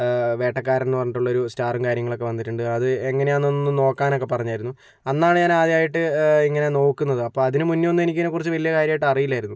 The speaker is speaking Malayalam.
വേട്ടക്കാരനെന്ന് പറഞ്ഞിട്ടുള്ളൊരു സ്റ്റാറും കാര്യങ്ങളൊക്കെ വന്നിട്ടുണ്ട് അത് എങ്ങനെയാണെന്നൊന്ന് നോക്കാനൊക്കെ പറഞ്ഞിരുന്നു അന്നാണ് ഞാനാദ്യമായിട്ട് ഇങ്ങനെ നോക്കുന്നത് അപ്പോൾ അതിന് മുന്നേ ഒന്നും ഇതിനെക്കുറിച്ച് വലിയ കാര്യമായിട്ട് അറിയില്ലായിരുന്നു